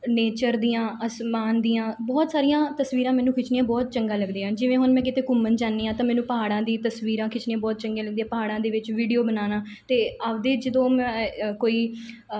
nature ਦੀਆਂ ਅਸਮਾਨ ਦੀਆਂ ਬਹੁਤ ਸਾਰੀਆਂ ਤਸਵੀਰਾਂ ਮੈਨੂੰ ਖਿੱਚਣੀਆਂ ਬਹੁਤ ਚੰਗਾ ਲੱਗਦੀਆਂ ਹਨ ਜਿਵੇਂ ਹੁਣ ਮੈਂ ਕਿਤੇ ਘੁੰਮਣ ਜਾਂਦੀ ਆ ਤਾਂ ਮੈਨੂੰ ਪਹਾੜਾਂ ਦੀ ਤਸਵੀਰਾਂ ਖਿੱਚਣੀਆਂ ਬਹੁਤ ਚੰਗੀਆਂ ਲੱਗਦੀਆਂ ਪਹਾੜਾਂ ਦੇ ਵਿੱਚ ਵੀਡੀਓ ਬਣਾਉਣਾ ਅਤੇ ਆਪਦੇ ਜਦੋਂ ਮੈਂ ਕੋਈ